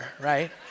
right